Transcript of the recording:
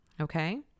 Okay